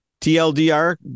TLDR